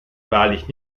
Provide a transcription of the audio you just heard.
wahrlich